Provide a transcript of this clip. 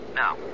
Now